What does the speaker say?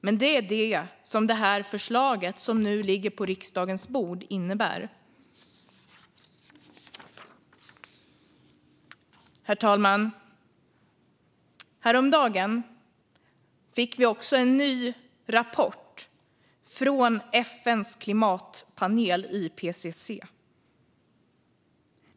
Men det är det som detta förslag som nu ligger på riksdagens bord innebär. Herr talman! Häromdagen fick vi en ny rapport från FN:s klimatpanel IPCC.